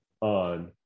on